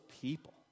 people